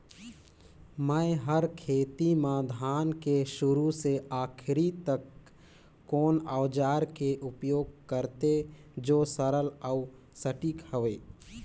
मै हर खेती म धान के शुरू से आखिरी तक कोन औजार के उपयोग करते जो सरल अउ सटीक हवे?